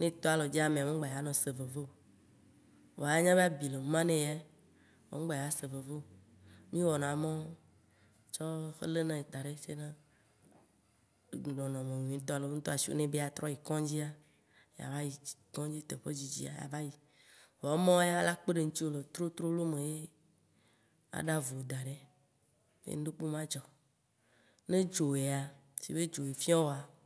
ye tɔ alɔvi, amea ŋgba ya nɔ se veve o. Vɔa anya be abi le huma ne ye ya vɔa ŋgba dza se veve o. Mì wɔna mɔwo, tsɔ lenae danaɖi ce na nɔnɔme nyuitɔa nu. Wò ŋtɔ ashiwò ebe ya trɔ yi kɔ̃ŋdzia, ya va yi kɔ̃ŋdzi teƒe dzidzia ya va yi. Vɔ emɔwo ya la kpe ɖe ŋtiwo le trolo trolo me ye. Aɖa vu wò da ɖɛ ye ŋɖekpe ma dzɔ o. Ne dzo ya, si be dzo ye fia wòa